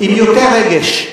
עם יותר רגש.